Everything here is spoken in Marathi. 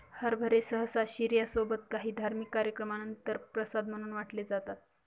हरभरे सहसा शिर्या सोबत काही धार्मिक कार्यक्रमानंतर प्रसाद म्हणून वाटले जातात